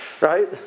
Right